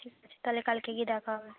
ঠিক আছে তাহলে কালকে গিয়ে দেখা হবে